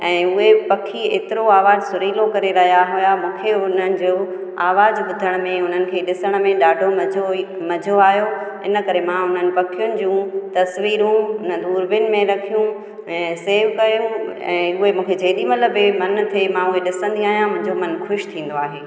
ऐं उहे पखी एतिरो आवाजु सुरीलो करे रहिया हुआ मूंखे हुननि जो आवाजु ॿुधण में हुननि खे ॾिसण में ॾाढो मज़ो ॾाढो मज़ो आहियो ऐं इन करे मां उन्हनि पखियुनि जूं तसवीरूं दुरबीन में रखियूं ऐं सेव कयो ऐं उहे मूंखे जेॾीमहिल बि मन थे मां उहे ॾिसंदी आहियां मुंहिंजो मनु ख़ुशि थींदो आहे